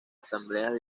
asambleas